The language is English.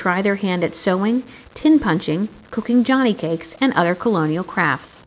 try their hand at sewing tin punching cooking johnny cakes and other colonial crafts